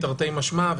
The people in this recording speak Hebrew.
תרתי משמע,